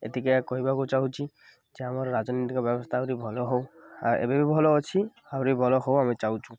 ଏତିକି କହିବାକୁ ଚାହୁଁଛି ଯେ ଆମର ରାଜନୈତିକ ବ୍ୟବସ୍ଥା ଆହୁରି ଭଲ ହେଉ ଆଉ ଏବେ ବି ଭଲ ଅଛି ଆହୁରି ଭଲ ହେଉ ଆମେ ଚାହୁଁଛୁ